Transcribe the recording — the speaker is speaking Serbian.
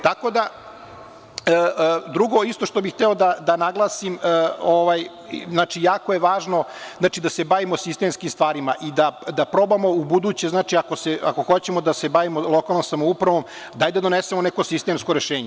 Drugo isto što bih hteo da naglasim, jako je važno znači da se bavimo sistemskim stvarima i da probamo ubuduće ako hoćemo da se bavimo lokalnom samoupravom daj da donesemo neko sistemsko rešenje.